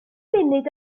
munud